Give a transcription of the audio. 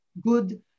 good